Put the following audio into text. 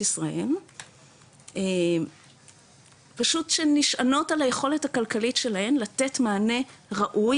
ישראל פשוט שנשענות על היכולת הכלכלית שלהם לתת מענה ראוי,